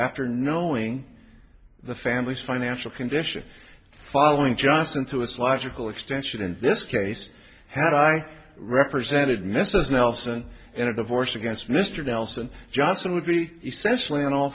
after knowing the family's financial condition following johnson to its logical extension in this case had i represented mrs nelson in a divorce against mr nelson johnson would be essentially on all